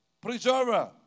preserver